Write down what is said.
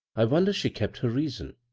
i wonder she kept her reason.